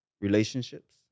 relationships